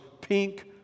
pink